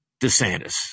DeSantis